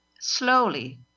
slowly